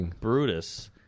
Brutus